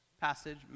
Passage